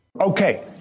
Okay